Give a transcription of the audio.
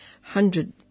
Hundred